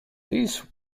these